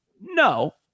No